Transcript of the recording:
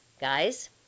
Guys